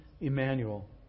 Emmanuel